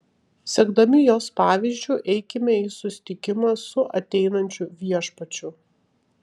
sekdami jos pavyzdžiu eikime į susitikimą su ateinančiu viešpačiu